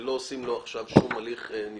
לא עושים לו שום הליך נפרד.